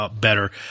better